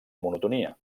monotonia